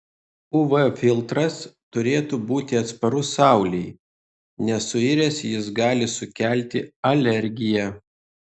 uv filtras turėtų būti atsparus saulei nes suiręs jis gali sukelti alergiją